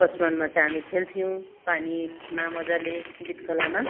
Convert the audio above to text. बचपनमा चाहिँ हामी खेल्थ्यौँ पानीमा मजाले गीत खोलामा